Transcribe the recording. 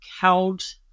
held